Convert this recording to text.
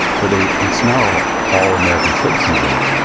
but they ensnarl all american citizens in it.